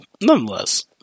nonetheless